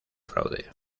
fraude